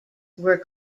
were